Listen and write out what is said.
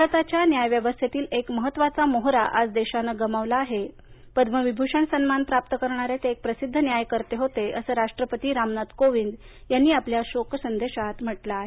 भारताच्या न्याय व्यवस्थेतील एक महत्त्वाचा मोहरा आज देशानं गमावला आहे पद्म विभूषण सन्मान प्राप्त असणारे ते एक प्रसिद्ध न्यायकर्ते होते असं राष्ट्रपती रामनाथ कोविंद यांनी आपल्या शोक संदेशात म्हटलं आहे